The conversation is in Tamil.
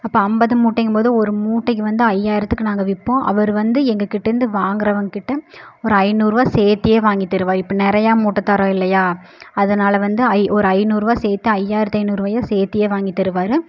அப்போ ஐம்பது மூட்டைங்கும் போது ஒரு மூட்டைக்கு வந்து ஐயாயிரத்துக்கு நாங்கள் விற்போம் அவர் வந்து எங்கள் கிட்டேருந்து வாங்கிறவங்க கிட்டே ஒரு ஐந்நூறுரூவா சேர்த்தியே வாங்கித் தருவார் இப்போ நிறையா மூட்டை தரோம் இல்லையா அதனால வந்து ஐ ஒரு ஐந்நூறுரூவா சேர்த்து ஐயாயிரத்து ஐந்நூறுரூவாயா சேர்த்தியே வாங்கித் தருவார்